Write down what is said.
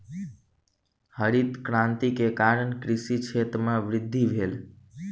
हरित क्रांति के कारण कृषि क्षेत्र में वृद्धि भेल